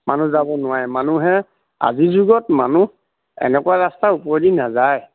মানুহ যাব নোৱাৰে মানুহে আজিৰ যুগত মানুহ এনেকুৱা ৰাস্তাৰও উপৰেদি নাযায়